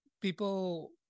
people